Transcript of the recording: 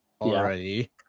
already